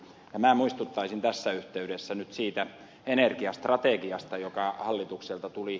minä muistuttaisin tässä yhteydessä nyt siitä energiastrategiasta joka hallitukselta tuli